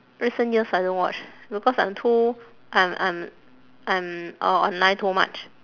recent years I don't watch because I'm too I'm I'm I'm uh online too much